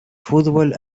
fútbol